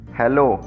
hello